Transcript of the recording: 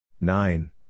Nine